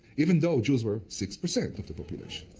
even though jews were six percent of the population.